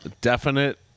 definite